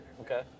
Okay